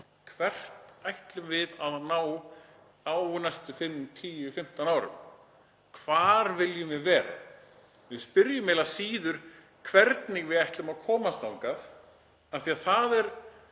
Hvert ætlum við að ná á næstu 5, 10, 15 árum? Hvar viljum við vera? Við spyrjum eiginlega síður hvernig við ætlum að komast þangað, af því að það er